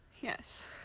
yes